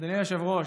אדוני היושב-ראש,